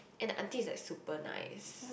and the auntie is like super nice